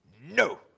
No